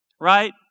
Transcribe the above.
right